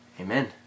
Amen